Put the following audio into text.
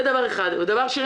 דבר שני,